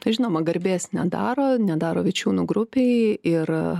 tai žinoma garbės nedaro nedaro vičiūnų grupei ir